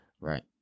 right